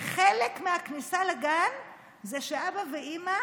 וחלק מהכניסה לגן זה שאבא ואימא